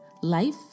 life